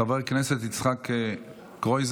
חבר הכנסת יצחק קרויזר,